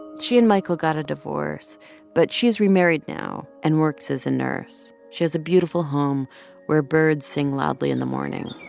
she and michael got a divorce but she's remarried now and works as a nurse. she has a beautiful home where birds sing loudly in the morning